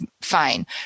fine